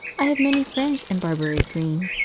i have many friends in barbury green,